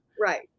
right